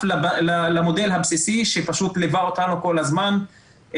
למודל הבסיסי שפשוט ליווה אותנו כל הזמן.